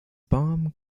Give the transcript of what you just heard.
bomb